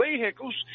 vehicles